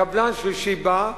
קבלן שלישי בא,